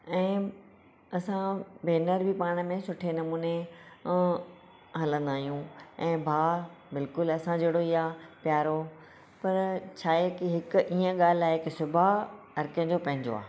ऐं असां भेनर बि पाण में सुठे नमूने हलंदा आहियूं ऐं भा बिल्कुल असां जहिड़ो ई आहे प्यारो पर छाहे की हिक इएं ॻाल्हि आहे की सुभाउ हर कंहिंजो पंहिंजो आहे